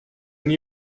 koos